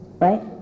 right